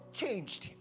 changed